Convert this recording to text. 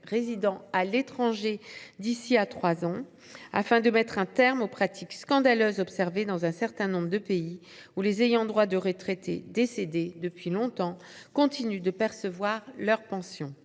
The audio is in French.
résidant à l’étranger d’ici à trois ans, afin de mettre un terme aux pratiques scandaleuses observées dans un certain nombre de pays, où les ayants droit de retraités décédés depuis longtemps continuent de percevoir leur pension.